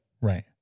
Right